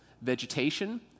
vegetation